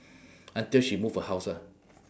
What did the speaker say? until she move her house ah